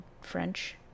French